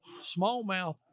smallmouth